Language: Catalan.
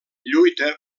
lluita